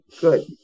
good